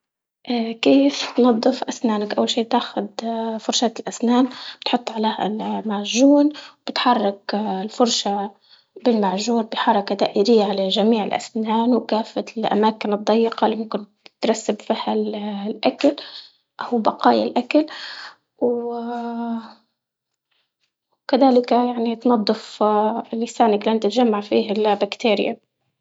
كيف تنضف أسنانك؟ أول شي بتاخد فرشاة الأسنان بتحط عليها المعجون وبتحرك الفرشة بالمعجون بحركة دائرية على جميع الأسنان وكافة الأماكن الضيقة اللي ممكن تترسب فيها ال- الأكل، أو بقايا الأكل و- وكذلك يعني تنضف لسانك لأن تتجمع فيه البكتيريا.